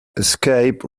escape